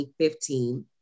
2015